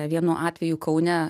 vienu atveju kaune